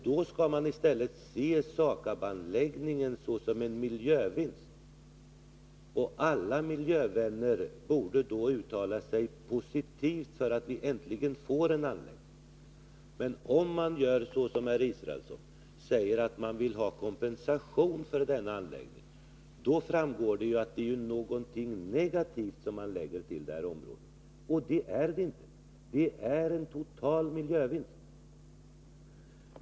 Då skall man i stället se SAKAB anläggningen som en miljövinst. Alla miljövänner borde då uttala sig positivt för att vi äntligen får en anläggning. Men om man gör såsom Per Israelsson och säger att man vill ha kompensation för denna anläggning, framstår det som om det är någonting negativt man lägger till det här området. Det är det inte. Det blir en total miljövinst.